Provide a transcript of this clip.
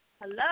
Hello